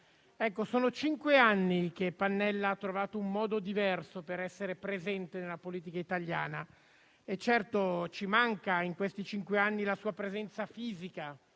sono cinque anni che Pannella ha trovato un modo diverso per essere presente nella politica italiana e certo ci manca in questi cinque anni la sua presenza fisica,